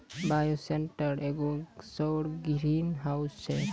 bioshelter एगो सौर greenhouse छै